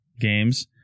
Games